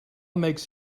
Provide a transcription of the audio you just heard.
makes